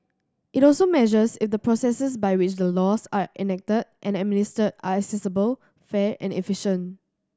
it also measures if the processes by which the laws are enacted and administered are accessible fair and efficient